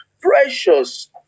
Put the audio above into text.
precious